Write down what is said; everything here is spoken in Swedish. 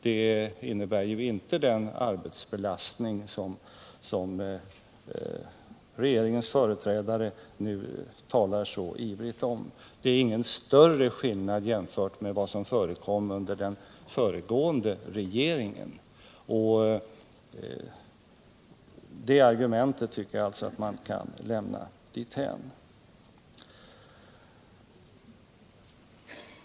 Det innebär inte den arbetsbelastning som regeringens företrädare nu talar så ivrigt om. Det är ingen större skillnad mot vad som förekom under den föregående regeringen. Det argumentet tycker jag alltså man kan lämna därhän.